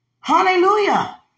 Hallelujah